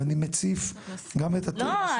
ואני מציף --- לא,